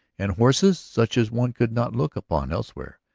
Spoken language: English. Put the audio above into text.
and horses such as one could not look upon elsewhere.